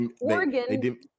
oregon